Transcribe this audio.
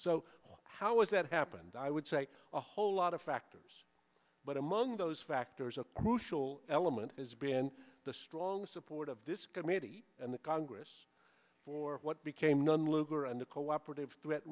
so how is that happened i would say a whole lot of factors but among those factors a crucial element has been the strong support of this committee and the congress for what became known lugar and the cooperative threat